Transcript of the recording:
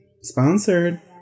Sponsored